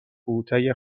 بوته